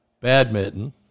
badminton